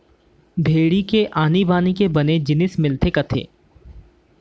भेड़ी ले आनी बानी के बने जिनिस मिलथे कथें